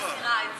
את